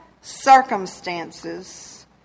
circumstances